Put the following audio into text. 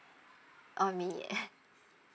um yeah